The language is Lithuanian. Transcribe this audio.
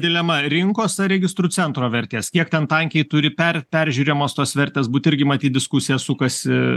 dilema rinkos ar registrų centro vertės kiek ten tankiai turi per peržiūremos tos vertės būt irgi matyt diskusija sukasi